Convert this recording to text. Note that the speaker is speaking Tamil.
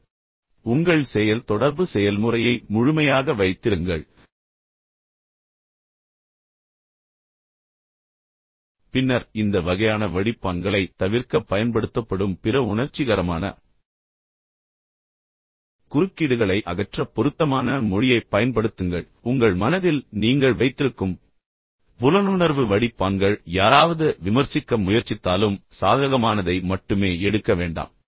எனவே உங்கள் செயல் தொடர்பு செயல்முறையை முழுமையாக வைத்திருங்கள் பின்னர் இந்த வகையான வடிப்பான்களைத் தவிர்க்கப் பயன்படுத்தப்படும் பிற உணர்ச்சிகரமான குறுக்கீடுகளை அகற்ற பொருத்தமான மொழியைப் பயன்படுத்துங்கள் உங்கள் மனதில் நீங்கள் வைத்திருக்கும் புலனுணர்வு வடிப்பான்கள் யாராவது விமர்சிக்க முயற்சித்தாலும் சாதகமானதை மட்டுமே எடுக்க வேண்டாம்